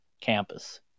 campus